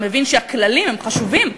אתה מבין שהכללים חשובים.